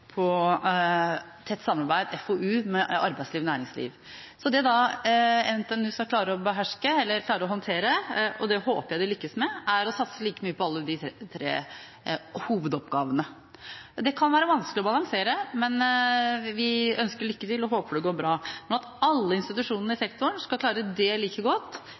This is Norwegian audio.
på tett samarbeid, FoU, med arbeidsliv og næringsliv. Det NTNU skal klare å håndtere – og det håper jeg de lykkes med – er å satse like mye på de tre hovedoppgavene. Det kan være vanskelig å balansere, men vi ønsker lykke til og håper at det går bra. Men at alle institusjonene i sektoren skal klare det like godt,